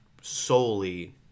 solely